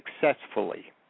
successfully